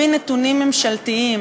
לפי נתונים ממשלתיים,